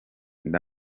niba